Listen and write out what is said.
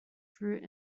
through